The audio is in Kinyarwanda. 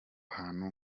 hantu